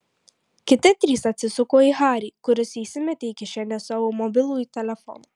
kiti trys atsisuko į harį kuris įsimetė į kišenę savo mobilųjį telefoną